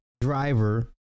driver